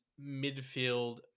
midfield